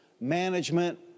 management